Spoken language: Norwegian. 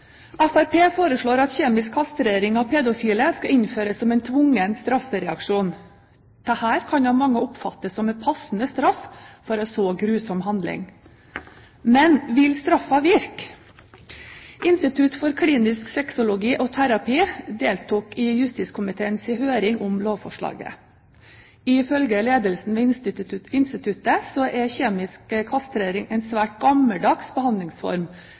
foreslår at kjemisk kastrering av pedofile skal innføres som en tvungen straffereaksjon. Dette kan av mange oppfattes som en passende straff for en så grusom handling. Men vil straffen virke? Institutt for klinisk sexologi og terapi deltok i justiskomiteens høring om lovforslaget. Ifølge ledelsen ved instituttet er kjemisk kastrering en svært gammeldags behandlingsform,